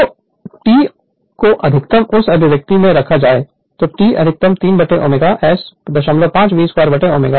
तो और T को अधिकतम उस अभिव्यक्ति में रखा जाए तो T अधिकतम 3ω S 05 V2x 2 होगा